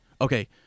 okay